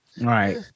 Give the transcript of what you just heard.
Right